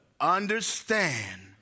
understand